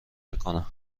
میکند